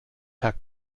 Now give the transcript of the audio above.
herr